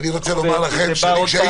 זה בא לפה שוב?